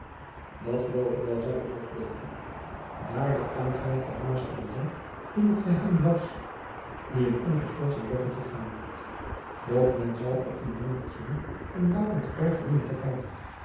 dat geloof ik wel zeide botbergen daar de ambtman van maas en waal in t geheim was die hem ongestoord zijn weggetje gaan liet doch men zal op dien meinertz een wakend oog dienen te houden